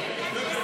ההצעה